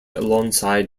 alongside